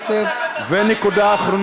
עוד נקודה,